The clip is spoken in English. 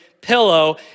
pillow